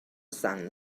sun